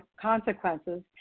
consequences